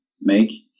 make